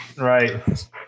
right